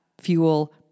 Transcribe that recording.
fuel